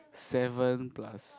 seven plus